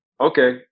okay